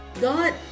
God